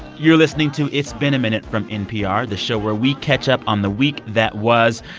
you're listening to it's been a minute from npr, the show where we catch up on the week that was.